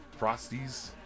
Frosties